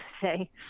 say